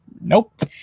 Nope